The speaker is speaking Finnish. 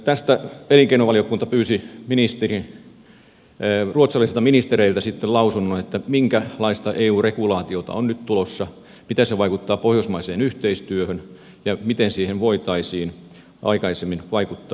tästä elinkeinovaliokunta pyysi ruotsalaisilta ministereiltä lausunnon minkälaista eu regulaatiota on nyt tulossa mitä se vaikuttaa pohjoismaiseen yhteistyöhön ja miten siihen voitaisiin aikaisemmin vaikuttaa